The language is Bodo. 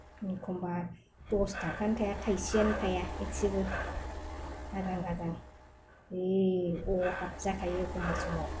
एखम्बा दस थाखायानो थाया थाइसेयानो थाया एसेबो आजां गाजां बै अभाब जाखायो एखम्बा समाव